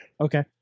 Okay